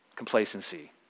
Complacency